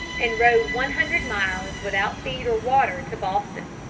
and rode one hundred miles without feed or water to boston.